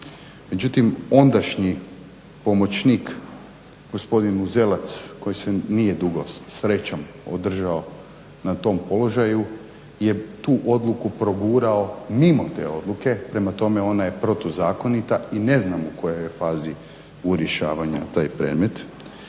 Međutim, ondašnji pomoćnik, gospodin Uzelac koji se nije dugo srećom održao na tom položaju je tu odluku progurao mimo te odluke, prema tome ona je protuzakonita i ne znamo u kojoj je fazi rješavanja taj predmet.